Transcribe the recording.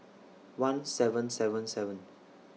one seven seven seven